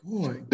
Boy